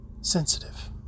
sensitive